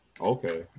Okay